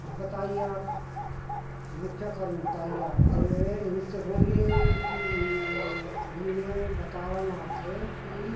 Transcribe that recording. अब बताइए आप अब मैं क्या करूँ बताइए आप जे इनसे बोलिए कि अभी मैं बता रहा हूँ आपसे कि